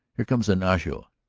here comes ignacio.